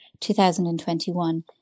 2021